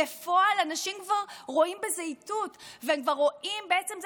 בפועל אנשים כבר רואים בזה איתות והם רואים בעצם זה